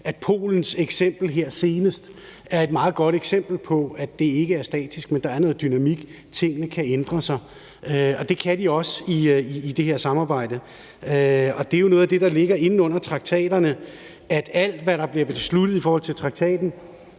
Polens eksempel er et meget godt eksempel på, at det ikke er statisk, men at der er noget dynamik og tingene kan ændre sig. Og det kan de også i det her samarbejde. Det er noget af det, der ligger inde under traktaterne, altså at alt, hvad der bliver besluttet i forhold til traktaten,